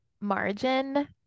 margin